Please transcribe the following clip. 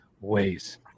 ways